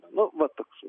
nu va toksai